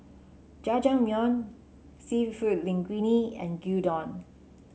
Jajangmyeon seafood Linguine and Gyudon